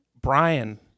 Brian